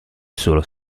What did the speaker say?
solo